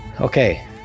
Okay